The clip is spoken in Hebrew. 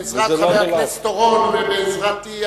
בעזרת חבר הכנסת אורון ובעזרתי,